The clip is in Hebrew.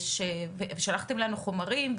ושלחתם לנו חומרים,